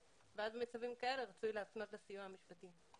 ואז במצבים כאלה רצוי להפנות לסיוע המשפטי.